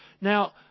Now